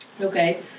Okay